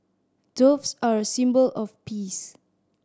doves are a symbol of peace